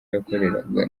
yakoreraga